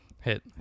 hit